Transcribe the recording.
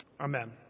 amen